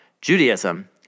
Judaism